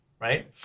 right